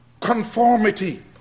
conformity